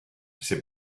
c’est